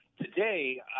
Today